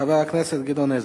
חבר הכנסת גדעון עזרא,